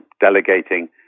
delegating